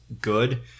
good